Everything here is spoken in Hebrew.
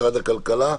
משרד הכלכלה,